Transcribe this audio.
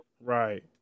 Right